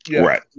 Right